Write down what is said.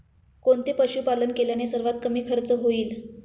कोणते पशुपालन केल्याने सर्वात कमी खर्च होईल?